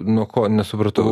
nuo ko nesupratau